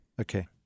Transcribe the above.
Okay